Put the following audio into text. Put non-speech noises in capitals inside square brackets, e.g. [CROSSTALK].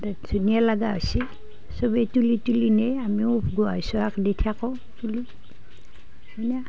ধুনীয়া লগা হৈছি সবেই তুলি তুলি নিয়ে আমিও [UNINTELLIGIBLE]